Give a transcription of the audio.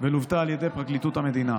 ולוותה על ידי פרקליטות המדינה.